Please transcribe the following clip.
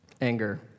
Anger